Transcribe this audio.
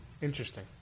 Interesting